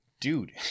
dude